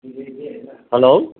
hello